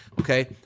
Okay